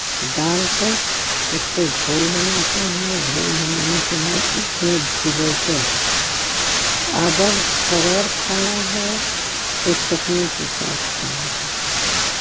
डाल कर उसको घोल बनाते हैं घोल बनाने के बाद उसमें भिगोते हैं अगर कड़र खाना है तो चटनी के साथ खाना है